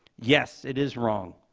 yes, it is wrong.